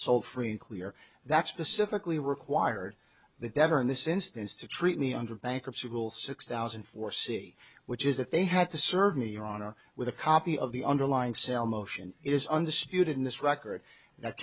sold free and clear that specifically required the debtor in this instance to treat me under bankruptcy rule six thousand four c which is that they have to serve me your honor with a copy of the underlying sell motion it is understood in this record that